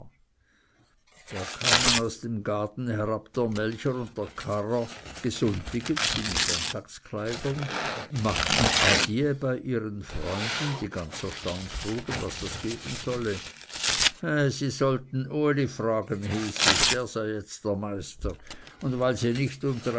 da kamen aus dem gaden herab der melcher und der karrer gsunntiget machten adie bei ihren freunden die ganz erstaunt frugen was das geben solle he sie sollten uli fragen hieß es der sei jetzt der meister und weil sie nicht